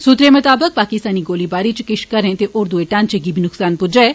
सूत्रें मुताबक पाकिस्तानी गोलाबारी च किष घरें ते होर दुए ढांचे गी बी नुक्सान पुज्जा ऐ